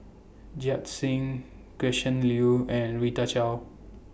Singh Gretchen Liu and Rita Chao